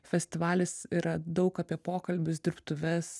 festivalis yra daug apie pokalbius dirbtuves